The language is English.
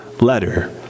letter